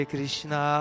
Krishna